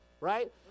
right